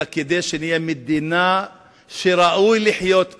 אלא כדי שנהיה מדינה שראוי לחיות בה,